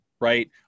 right